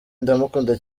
ndamukunda